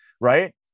right